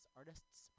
artists